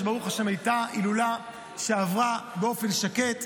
שברוך השם הייתה הילולה שעברה באופן שקט,